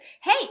hey